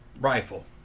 rifle